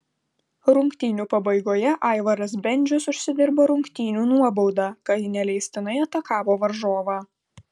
rungtynių pabaigoje aivaras bendžius užsidirbo rungtynių nuobaudą kai neleistinai atakavo varžovą